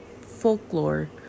folklore